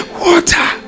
Water